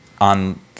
on